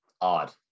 odd